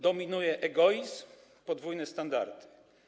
Dominują egoizm i podwójne standardy.